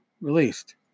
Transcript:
released